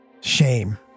shame